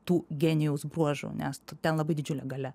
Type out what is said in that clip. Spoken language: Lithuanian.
tų genijaus bruožų nes ten labai didžiulė galia